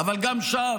אבל גם שם,